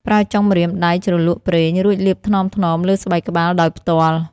ប្រើចុងម្រាមដៃជ្រលក់ប្រេង រួចលាបថ្នមៗលើស្បែកក្បាលដោយផ្ទាល់។